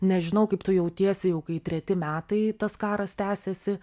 nežinau kaip tu jautiesi jau kai treti metai tas karas tęsiasi